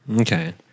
Okay